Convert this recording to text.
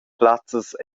plazzas